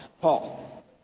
Paul